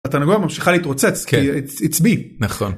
התרנגולת ממשיכה להתרוצץ כי עצבי - נכון…